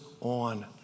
on